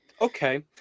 Okay